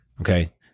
okay